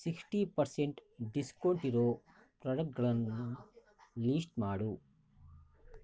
sixty percent ಡಿಸ್ಕೌಂಟಿರೋ ಪ್ರೊಡಕ್ಟ್ಗಳನ್ನು list ಮಾಡು